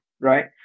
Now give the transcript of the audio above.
right